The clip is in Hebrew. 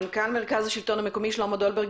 מנכ"ל מרכז השלטון המקומי שלמה דולברג,